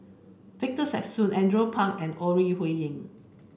Victor Sassoon Andrew Phang and Ore Huiying